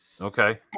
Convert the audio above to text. Okay